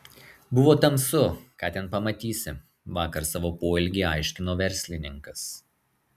buvo tamsu ką ten pamatysi vakar savo poelgį aiškino verslininkas